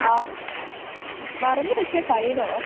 ആ മറന്ന് വെച്ചാൽ ഫൈനോ